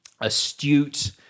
astute